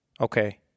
Okay